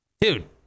Dude